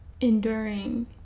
enduring